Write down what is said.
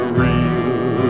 real